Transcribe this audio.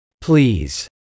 Please